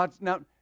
now